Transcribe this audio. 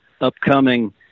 upcoming